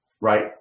right